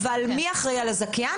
אבל מי אחראי על הזכיין?